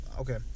Okay